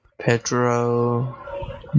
Pedro